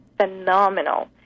phenomenal